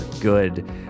good